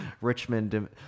Richmond